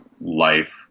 life